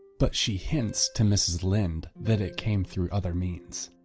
but she hints to mrs linde that it came through other means